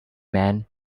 men